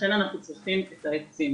לכן אנחנו צריכים את העצים.